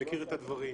שמכיר את הדברים,